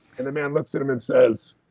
and the man looks at him and says,